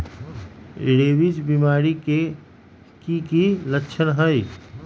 rabies बीमारी के कि कि लच्छन हई